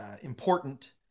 important